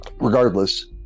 regardless